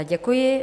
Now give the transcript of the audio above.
Děkuji.